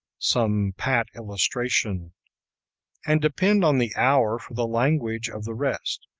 some pat illustration and depend on the hour for the language of the rest.